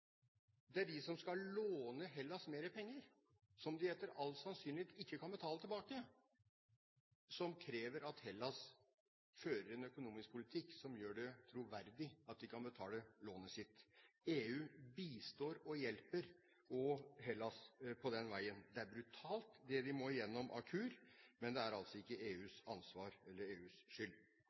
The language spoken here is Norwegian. Det er de som skal låne Hellas mer penger – som de etter all sannsynlighet ikke kan betale tilbake – som krever at Hellas fører en økonomisk politikk som gjør det troverdig at de kan betale lånet sitt. EU bistår Hellas på den veien. Det er brutalt det de må igjennom av kur, men det er altså ikke EUs ansvar eller EUs skyld.